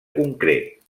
concret